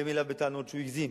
באים אליו בטענות שהוא הגזים,